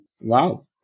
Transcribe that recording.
Wow